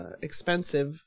expensive